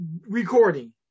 recording